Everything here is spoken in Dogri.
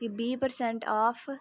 एह् बीह् प्रसैंट आफ